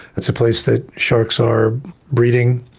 it's a place that sharks are breeding.